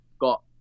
got